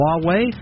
Huawei